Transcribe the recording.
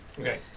Okay